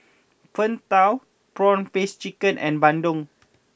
Png Tao Prawn Paste Chicken and Bandung